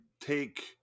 take